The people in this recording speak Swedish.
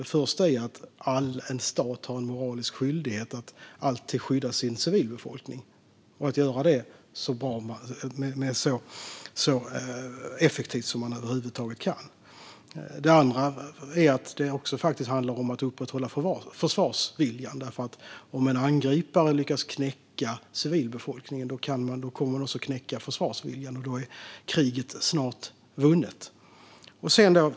Det första är att en stat har en moralisk skyldighet att alltid skydda sin civilbefolkning och att göra det så effektivt som man över huvud taget kan. Det andra är att det handlar om att upprätthålla försvarsviljan. Om en angripare lyckas knäcka civilbefolkningen kommer det också att knäcka försvarsviljan, och då är kriget snart förlorat.